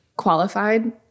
qualified